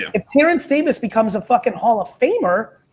if terence davis becomes a fucking hall of famer,